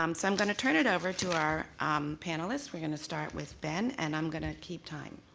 um so i'm going to turn it over to our panelists, we're going to start with ben and i'm going to keep time.